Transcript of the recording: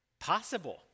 possible